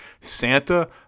Santa